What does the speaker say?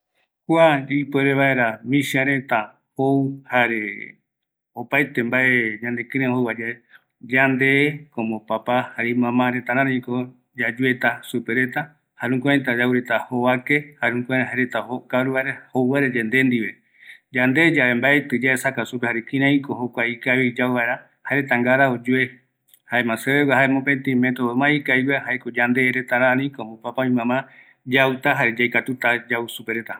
Kua tembiureta, jouvaera mïsiäreta, yande rärïïko oimeta yau supereta, jukurai jaereta jouvaeravi, yande papa, jare mama yauta supereta, yande yave yaua, jaereta ngaravi oyuereta